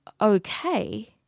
okay